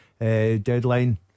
Deadline